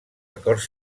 acords